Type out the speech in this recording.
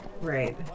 Right